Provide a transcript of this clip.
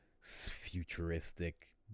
futuristic